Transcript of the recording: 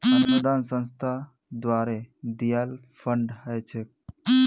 अनुदान संस्था द्वारे दियाल फण्ड ह छेक